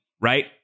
right